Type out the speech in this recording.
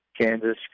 Kansas